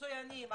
מצוינים,